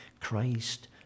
Christ